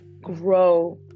grow